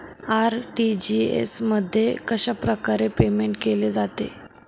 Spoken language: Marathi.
आर.टी.जी.एस मध्ये कशाप्रकारे पेमेंट केले जाते?